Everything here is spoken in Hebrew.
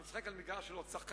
הוא משחק על מגרש של עוד שחקנים,